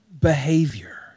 behavior